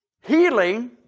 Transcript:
Healing